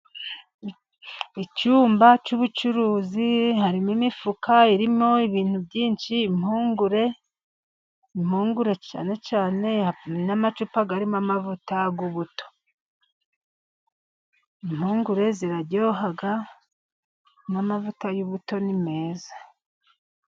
Icyumba cy'ubucuruzi harimo imifuka irimo ibintu byinshi, impungure, impungure cyane cyane, n'amacupa arimo amavuta y'ubuto. impungure ziraryoha, n'amavuta y'ubuto ni meza.